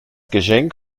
geschenk